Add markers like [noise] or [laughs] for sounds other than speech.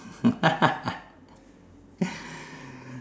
[laughs]